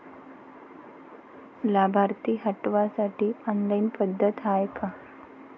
लाभार्थी हटवासाठी ऑनलाईन पद्धत हाय का?